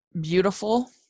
Beautiful